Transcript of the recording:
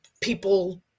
people